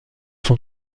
sont